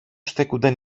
στέκουνταν